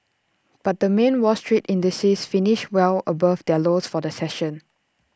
but the main wall street indices finished well above their lows for the session